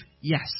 Yes